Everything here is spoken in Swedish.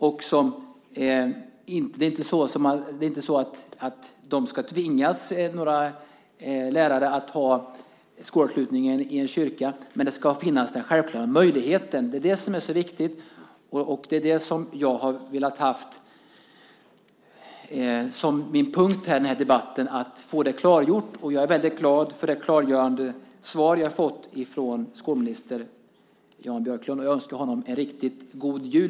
Lärare ska inte tvingas att ha skolavslutningen i en kyrka, men den självklara möjligheten ska finnas. Det är det som är så viktigt. Och jag har i denna debatt velat få detta klargjort. Jag är väldigt glad för det klargörande svar som jag har fått från skolminister Jan Björklund, och jag önskar honom en riktigt god jul.